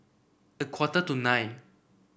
a quarter to nine